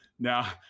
Now